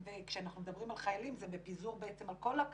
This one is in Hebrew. וכשאנחנו מדברים על חיילים זה בפיזור בעצם על כל הקלפיות,